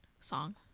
song